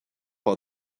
par